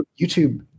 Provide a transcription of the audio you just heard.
YouTube